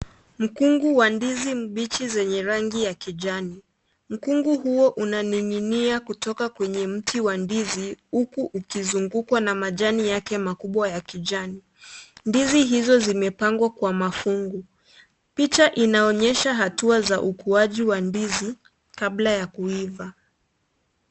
Mikungu ya ndizi mbichi yenye rangi za kijani, mukungu huo unaning'inia kutoka kwenye mti wa ndizi huku ukizungukwa na majani yake makubwa ya kijani. Ndizi hizo zimepangwa kwa mafungu. Picha zinaonyesha hatua za ukuaji wa ndizi kabla ya kuiva.